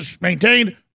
maintained